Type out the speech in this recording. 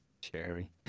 Cherry